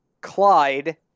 Clyde